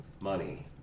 Money